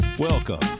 Welcome